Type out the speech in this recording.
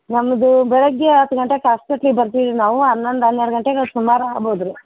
ನಮ್ಮದು ಬೆಳಗ್ಗೆ ಹತ್ತು ಗಂಟೆಗೆ ಆಸ್ಪೆಟ್ಲಿಗೆ ಬರ್ತೀವಿ ನಾವು ಹನ್ನೊಂದು ಹನ್ನೆರಡು ಗಂಟೆಗೆ ಸುಮಾರು ಆಗ್ಬೋದು ರೀ